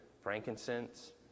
frankincense